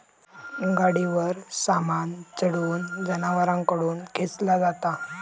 गाडीवर सामान चढवून जनावरांकडून खेंचला जाता